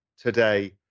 today